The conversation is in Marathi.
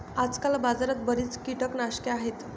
आजकाल बाजारात बरीच कीटकनाशके आहेत